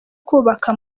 kubaka